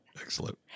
excellent